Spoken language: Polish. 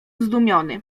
zdumiony